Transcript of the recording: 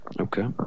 Okay